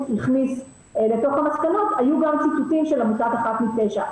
הכניס לתוך המסקנות היו גם ציטוטים של עמותת אחת מתשע,